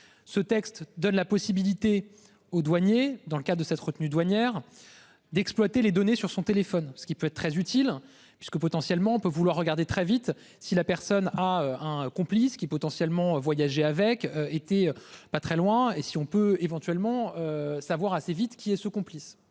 Ce texte donne la possibilité aux douaniers dans le cas de cette retenue douanière d'exploiter les données sur son téléphone, ce qui peut être très utile parce que potentiellement on peut vouloir regarder très vite si la personne a un complice qui potentiellement voyager avec était pas très loin et si on peut éventuellement savoir assez vite qui est ce complice,